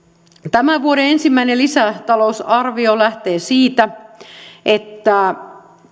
tämän vuoden ensimmäinen lisätalousarvio lähtee siitä että